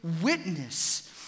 witness